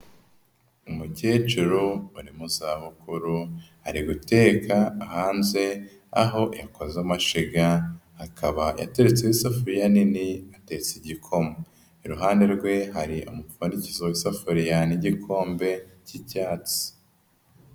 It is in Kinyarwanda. Umukecuru uri mu zabukuru, ari guteka hanze, aho yakoze amashyiga, akaba yateretseho isafuriya nini, atese igikoma. Iruhande rwe hari ifariya n'igikombe cy'icyatsi.